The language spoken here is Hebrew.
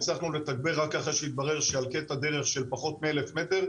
הצלחנו לתגבר רק אחרי שהתברר שעל קטע דרך של פחות מאלף מטר,